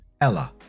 Ella